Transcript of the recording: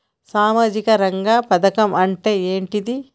సామాజిక రంగ పథకం అంటే ఏంటిది?